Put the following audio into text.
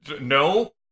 No